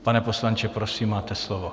Pane poslanče, prosím, máte slovo.